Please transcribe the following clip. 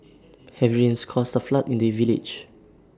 heavy rains caused A flood in the village